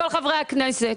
כל חברי הכנסת,